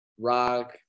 rock